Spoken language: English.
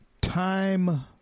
Time